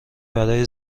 برای